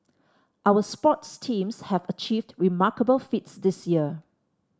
our sports teams have achieved remarkable feats this year